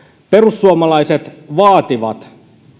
perussuomalaiset vaativat